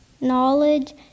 knowledge